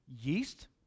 yeast